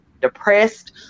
depressed